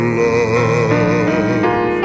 love